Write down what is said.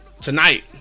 tonight